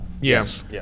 Yes